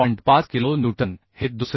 5 kilonewton हे दुसरे 454